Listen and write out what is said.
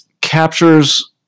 captures